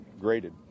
graded